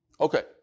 Okay